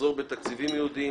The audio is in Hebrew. מחסור בתקציבים ייעודיים,